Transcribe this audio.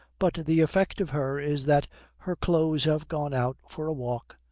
but the effect of her is that her clothes have gone out for a walk,